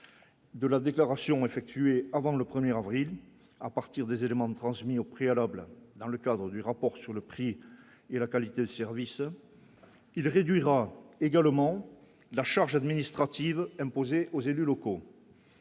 de la déclaration effectuée avant le 1er avril à partir des éléments transmis au préalable dans le cadre du rapport sur le prix et la qualité de service, il réduira également la charge administrative imposée aux élus locaux.